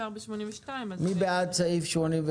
מי בעד סעיף 82?